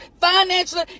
financially